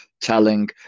telling